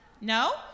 No